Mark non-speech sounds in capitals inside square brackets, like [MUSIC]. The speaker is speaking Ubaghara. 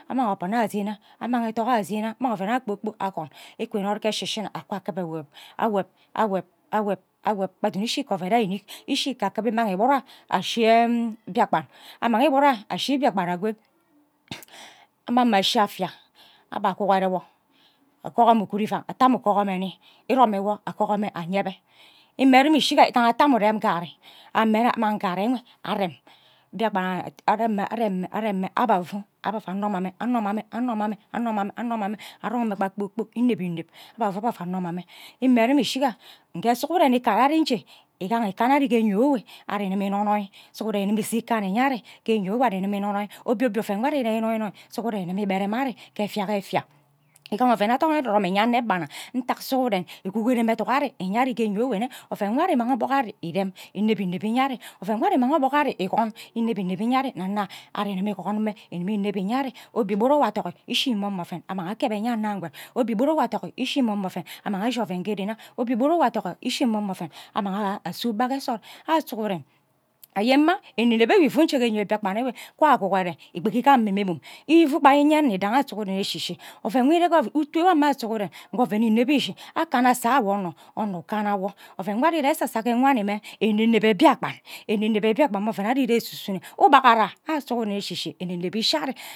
Ammang obuna asenah amma ethok anh asena amang oven arh kpor kpok akwon akwoni akwo inod ke shishina akwa akiba ewowob awob awob awob awob kpa duk duk ishi kor oven anyo inik ishi ke akiba imang igbaroa ashi ki biakpan annang igbaro ashi mbiakpen akwe anmang mme asi afia abe akugor rewo akwo gor mme ughuru ivai ate ame ugworo mme nni irom agogor mme anye bhe ame rima ishiga isaha ata ame urem ngarri amme rai amang ngur ri arem mbiakpan areme areme areme abai afo abhe afo anum mma mme anmuma mme anmuma mme anmuma mme anumma mme arong mme kpa kpor kpok ineb ineb aba afu annuma mme ime rime ishiga ake sughuren ikana ari nje igoaha ikana ari ke enyono ewe ari igima inoni sughuren igim ise ikana inye ari ghe enyo enwe ari igii inonoi obie bie ofen nwo ari ire enoinei sughuren igimi igbere mma ari ke efia ke efia igaha oven athon ererom inye anne gbana ntak sughure igugoro mma eduk ari inye ari ke enyo evien nne oven nwo ari ingen obok ari irem ine ineb inye ari oven nwo ari imang obok ari ikwon inebb ineb inye ari nana ari igimi ikwon mme igimi ineb inye ari obie igbara nwa akwon athok ishi momo oven amang akeb mbia ayo akaed obie igburu nwo atoki ishi mome oven amang ashi oven ghe ren ah obie igburu nwo athoki ishi momo oven anang ase ugba ke nsod arw sughuren anyen mang ineneb amme ifu nje ke enyo mbiakpan enwe kwa akogore igbogi kul ame mme buru ifu gba inyen nne idage sughuren eshi eshi oven [HESITATION] utu sughuren nke oven ineb ishi akuna asa wo onno onno ukana wo oven nwo ari ire esesa wani mme eneneb biakpan enenebe biakpan mme oven ari ire esune ubaghara awo sughuren eshi shi eneneb ishi ari.